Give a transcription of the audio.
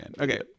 Okay